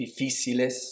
difíciles